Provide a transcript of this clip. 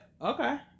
okay